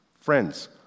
Friends